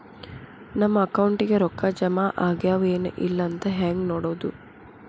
ನಮ್ಮ ಅಕೌಂಟಿಗೆ ರೊಕ್ಕ ಜಮಾ ಆಗ್ಯಾವ ಏನ್ ಇಲ್ಲ ಅಂತ ಹೆಂಗ್ ನೋಡೋದು?